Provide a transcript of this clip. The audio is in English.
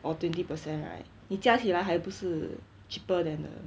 or twenty percent right 你加起来还不是 cheaper than the